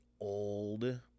old